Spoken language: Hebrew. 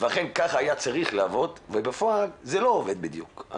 ואכן כך היה צריך לעבוד ובפועל זה לא עובד בדיוק.